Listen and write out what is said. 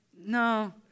No